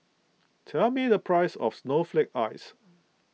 tell me the price of Snowflake Ice